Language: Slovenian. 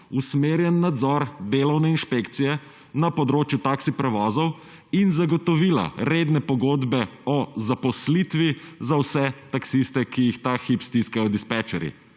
usmerjen nadzor delovne inšpekcije na področju taksi prevozov in zagotovila redne pogodbe o zaposlitvi za vse taksiste, ki jih ta hip stiskajo dispečerji.